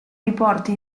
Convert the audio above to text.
riporta